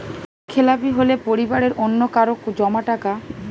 ঋণখেলাপি হলে পরিবারের অন্যকারো জমা টাকা ব্যাঙ্ক কি ব্যাঙ্ক কেটে নিতে পারে?